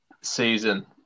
season